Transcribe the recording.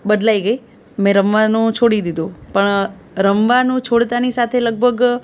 બદલાઈ ગઈ મેં રમવાનું છોડી દીધું પણ રમવાનું છોડતાની સાથે લગભગ